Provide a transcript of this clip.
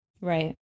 Right